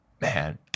man